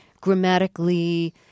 grammatically